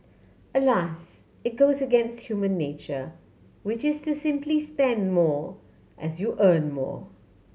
alas it goes against human nature which is to simply spend more as you earn more